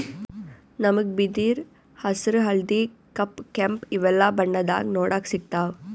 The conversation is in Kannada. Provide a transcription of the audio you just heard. ನಮ್ಗ್ ಬಿದಿರ್ ಹಸ್ರ್ ಹಳ್ದಿ ಕಪ್ ಕೆಂಪ್ ಇವೆಲ್ಲಾ ಬಣ್ಣದಾಗ್ ನೋಡಕ್ ಸಿಗ್ತಾವ್